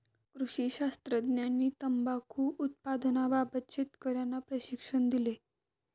कृषी शास्त्रज्ञांनी तंबाखू उत्पादनाबाबत शेतकर्यांना प्रशिक्षण दिले